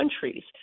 countries